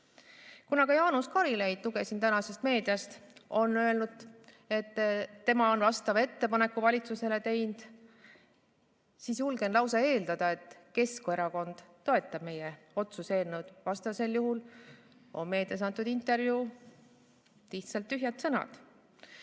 Kuna Jaanus Karilaid, lugesin tänasest meediast, on öelnud, et ka tema on [samasisulise] ettepaneku valitsusele teinud, julgen lausa eeldada, et Keskerakond toetab meie otsuse eelnõu. Vastasel juhul on meedias antud intervjuus lihtsalt tühjad sõnad.